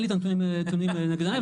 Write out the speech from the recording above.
אין לי הנתונים האלה לפני.